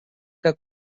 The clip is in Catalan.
que